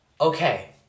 Okay